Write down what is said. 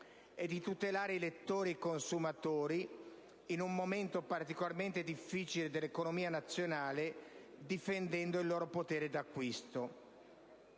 e tutelare i lettori e i consumatori in un momento particolarmente difficile dell'economia nazionale, difendendo il loro potere d'acquisto.